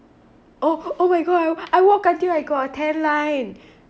oh oh my god I I walk until I got a tan line